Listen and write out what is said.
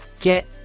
get